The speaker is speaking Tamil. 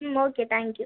ம் ஓகே தேங்க் யூ